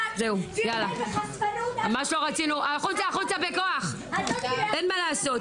אנחנו בעד גם ללמוד מהגויים ולא רק להיות אור לגויים,